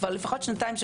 לפחות שנתיים,